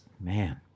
man